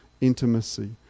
intimacy